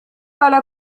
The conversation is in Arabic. على